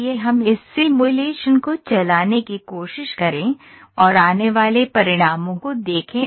आइए हम इस सिमुलेशन को चलाने की कोशिश करें और आने वाले परिणामों को देखें